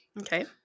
Okay